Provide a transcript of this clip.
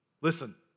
Listen